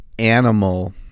Animal